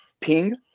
Ping